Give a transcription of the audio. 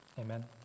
Amen